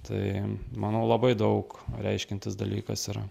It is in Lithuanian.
tai manau labai daug reiškiantis dalykas yra